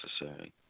necessary